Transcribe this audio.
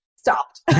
stopped